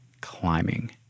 climbing